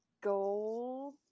Gold